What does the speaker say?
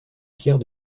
pierre